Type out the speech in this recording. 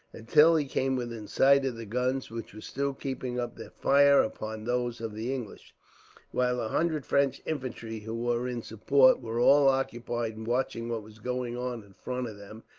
until he came within sight of the guns, which were still keeping up their fire upon those of the english while a hundred french infantry, who were in support, were all occupied in watching what was going on in front of them.